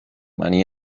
money